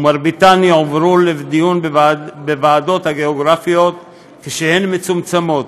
ומרביתן יועברו לדיון בוועדות הגיאוגרפיות כשהן מצומצמות